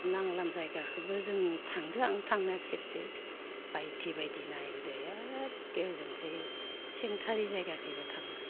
नांलाम जायगाखोबो जों थांदो आं थांनाया खेबसे बायदि बायदि नायबोदो एखे जोंखै सेंखारि जायगाखैबो थांदों